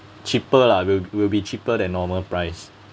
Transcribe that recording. cheaper lah will will be cheaper than normal price